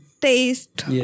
taste